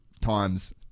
times